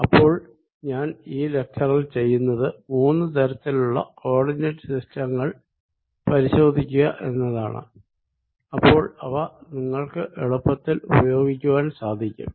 അപ്പോൾ ഞാൻ ഈ ലെക്ച്ചറിൽ ചെയ്യുന്നത് മൂന്ന് തരത്തിലുള്ള കോ ഓർഡിനേറ്റ് സിസ്റ്റങ്ങൾ പരിശോധിക്കുക എന്നതാണ് അപ്പോൾ അവ നിങ്ങൾക്ക് എളുപ്പത്തിൽ ഉപയോഗിക്കുവാൻ സാധിക്കും